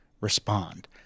respond